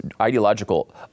ideological